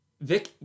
Vic